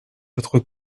votre